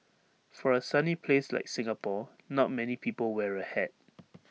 for A sunny place like Singapore not many people wear A hat